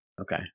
okay